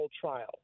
trial